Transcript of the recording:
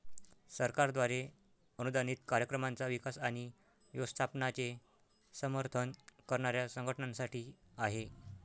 सरकारद्वारे अनुदानित कार्यक्रमांचा विकास आणि व्यवस्थापनाचे समर्थन करणाऱ्या संघटनांसाठी आहे